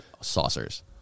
saucers